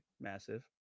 massive